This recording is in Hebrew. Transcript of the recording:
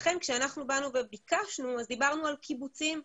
לכן כשביקשנו, אז דיברנו על קיבוצים.